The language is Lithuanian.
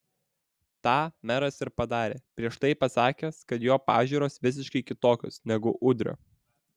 tą meras ir padarė prieš tai pasakęs kad jo pažiūros visiškai kitokios negu udrio